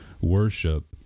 worship